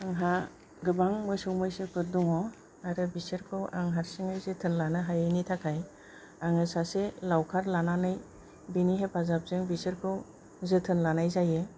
आंहा गोबां मोसौ मैसोफोर दङ आरो बिसोरखौ आं हारसिंयै जोथोन लानो हायिनि थाखाय आङो सासे लाउखार लानानै बिनि हेफाजाबजों बिसोरखौ जोथोन लानाय जायो